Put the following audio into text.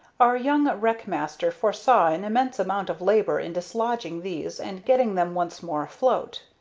our young wreck-master foresaw an immense amount of labor in dislodging these and getting them once more afloat.